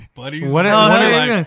buddies